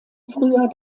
früher